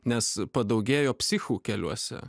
nes padaugėjo psichų keliuose